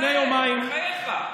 לפני יומיים, בחייך.